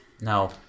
No